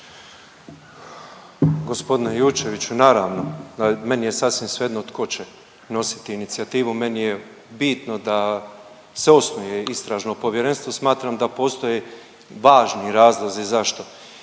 Gospodine Jurčeviću naravno meni je sasvim svejedno tko će nosit inicijativu, meni je bitno da se osnuje istražno povjerenstvo. Smatram da postoje važni razlozi zašto.